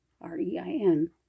r-e-i-n